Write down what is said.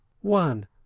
One